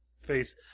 face